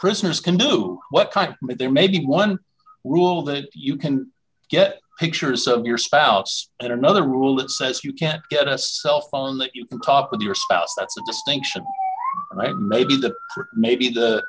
prisoners can do what kind of there may be one rule that you can get pictures of your spouse and another rule that says you can't get a cell phone that you can talk with your spouse that's a distinction maybe that maybe the